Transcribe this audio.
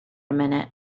minute